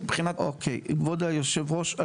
כבוד יושב הראש,